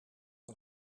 een